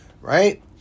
Right